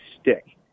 stick